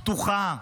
פתוחה,